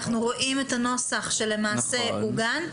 אנחנו רואים את הנוסח שלמעשה עוגן.